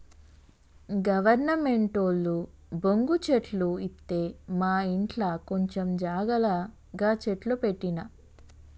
గవర్నమెంటోళ్లు బొంగు చెట్లు ఇత్తె మాఇంట్ల కొంచం జాగల గ చెట్లు పెట్టిన